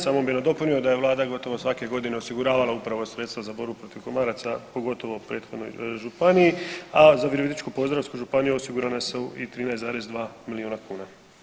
Samo bih nadopunio da je Vlada gotovo svake godine osiguravala upravo sredstva za borbu protiv komaraca pogotovo u prethodnoj županiji, a za Virovitičko-podravsku županiju osigurana su i 13,2 milijuna kuna.